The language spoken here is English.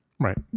right